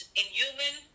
inhuman